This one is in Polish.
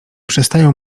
przestają